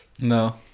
No